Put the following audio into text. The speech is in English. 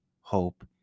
hope